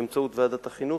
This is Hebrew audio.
באמצעות ועדת החינוך,